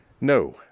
No